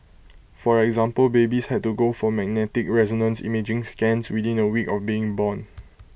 for example babies had to go for magnetic resonance imaging scans within A week of being born